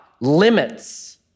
limits